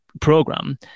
program